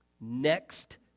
next